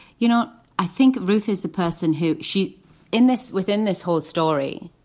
you know, i think ruth is a person who she in this within this whole story,